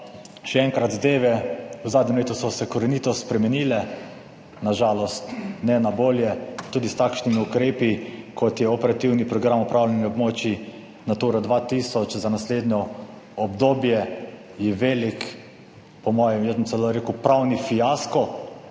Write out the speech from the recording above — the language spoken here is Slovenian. še enkrat, zadeve v zadnjem letu so se korenito spremenile, na žalost ne na bolje, tudi s takšnimi ukrepi, kot je operativni program upravljanja območij Natura 2000 za naslednje obdobje je velik, po mojem, jaz bom celo rekel pravni fiasko,